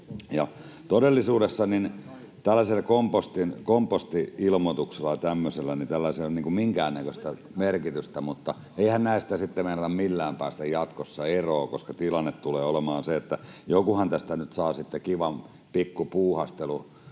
Todellisuudessa tällaisilla komposti-ilmoituksilla ja tämmöisillä ei ole minkäännäköistä merkitystä, mutta eihän näistä sitten meinata millään päästä jatkossa eroon, koska tilanne tulee olemaan se, että jokuhan tästä nyt saa sitten kivan pikku puuhastelutyön